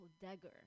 dagger